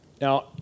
Now